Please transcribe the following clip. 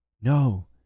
No